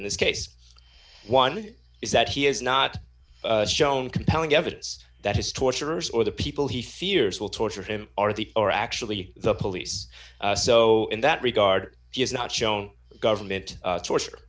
in this case one is that he has not shown compelling evidence that his torturers or the people he fears will torture him are the or actually the police so in that regard he has not shown government torture